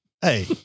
Hey